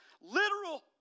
Literal